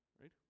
right